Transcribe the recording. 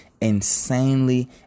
insanely